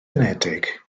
unedig